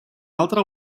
altre